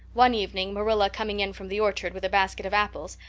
one evening marilla, coming in from the orchard with a basket of apples,